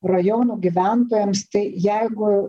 rajonų gyventojams tai jeigu